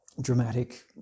dramatic